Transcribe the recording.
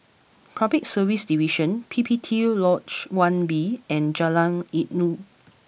Public Service Division P P T Lodge One B and Jalan Inggu